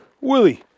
Willie